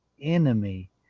enemy